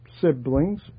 siblings